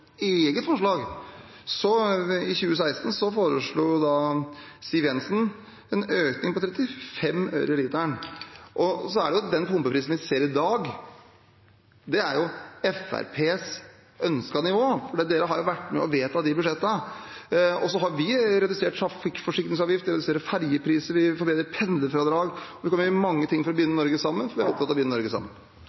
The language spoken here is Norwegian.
Siv Jensen i 2016 en økning på 35 øre per liter. Den pumpeprisen vi ser i dag, er Fremskrittspartiets ønskede nivå, for de har jo vært med og vedtatt de budsjettene. Så har vi redusert trafikkforsikringsavgift, vi reduserer ferjepriser, vi forbedrer pendlerfradrag, og vi kommer til å gjøre mange ting for å binde Norge sammen, for vi er opptatt av å binde Norge sammen.